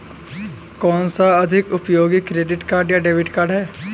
कौनसा अधिक उपयोगी क्रेडिट कार्ड या डेबिट कार्ड है?